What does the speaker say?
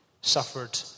suffered